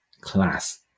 class